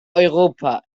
europa